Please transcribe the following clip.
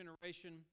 generation